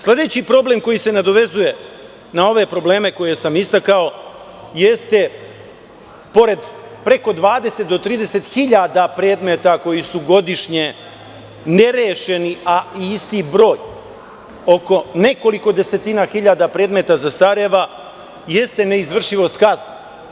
Sledeći problem koji se nadovezuje na ove probleme koje sam istakao jeste pored preko 20 do 30 hiljada predmeta koji su godišnje nerešeni, a isti broj, oko nekoliko desetina hiljada predmeta zastareva, jeste neizvršivost kazne.